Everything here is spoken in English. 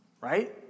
right